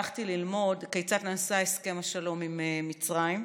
הלכתי ללמוד כיצד נעשה הסכם השלום עם מצרים.